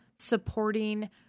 supporting